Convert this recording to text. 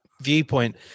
viewpoint